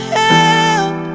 help